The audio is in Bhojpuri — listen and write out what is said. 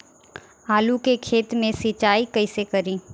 आलू के खेत मे सिचाई कइसे करीं?